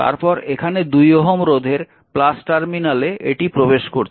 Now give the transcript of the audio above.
তার পর এখানে 2 Ω রোধের টার্মিনালে এটি প্রবেশ করছে